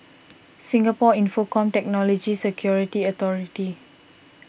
Singapore Infocomm Technology Security Authority